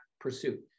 pursuit